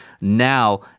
now